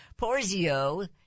Porzio